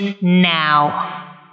now